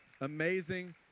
Amazing